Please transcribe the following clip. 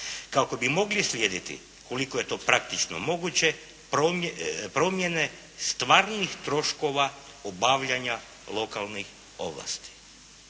se ne razumije./… koliko je to praktično moguće promjene stvarnih troškova obavljanja lokalnih ovlasti.